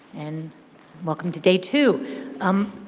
and welcome to day two. um